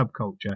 subculture